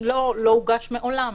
לא הוגש מעולם